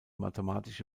mathematische